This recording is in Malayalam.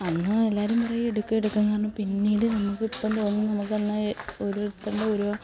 അന്ന് എല്ലാവരും പറയും എടുക്ക് എടുക്കുയെന്ന് പറഞ്ഞ് പിന്നീട് ഞങ്ങൾക്ക് ഇപ്പം തോന്നുന്നു നമുക്കന്ന് ഓരോരുത്തറിൻ്റെ ഓരോ